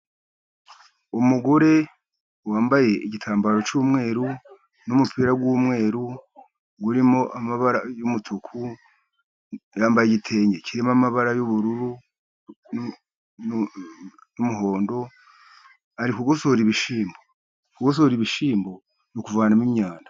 Umugore wambaye igitambaro cy'umweru n'umupira w'umweru urimo amabara y'umutuku, yambaye igitenge kirimo amabara y'ubururu n'umuhondo, ari gugosora ibishyimbo. Kukosora ibishyimbo ni ukuvanamo imyanda.